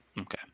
Okay